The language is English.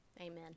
Amen